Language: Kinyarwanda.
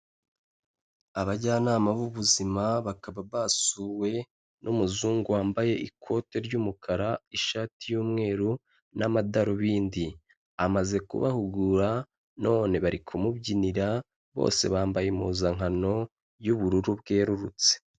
Abajyanama b'ubuzima bakaba basuwe n'umuzungu wambaye ikote ry'umukara, ishati y'umweru n'amadarubindi, amaze kubahugura none bari kumubyinira bose bambaye impuzankano y'ubururu bwerurutse.